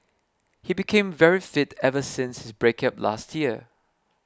he became very fit ever since his breakup last year